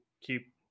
keep